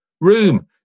room